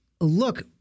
look